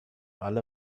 alle